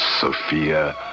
Sophia